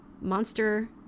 monster